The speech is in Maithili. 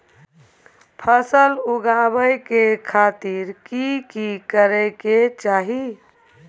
फसल उगाबै के खातिर की की करै के चाही?